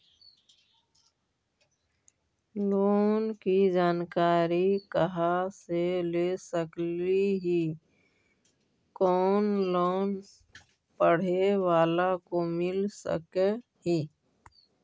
Loan की जानकारी कहा से ले सकली ही, कोन लोन पढ़े बाला को मिल सके ही?